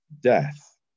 death